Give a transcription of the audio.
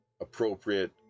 appropriate